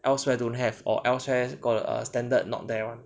elsewhere don't have or elsewhere got a standard not [one]